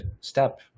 step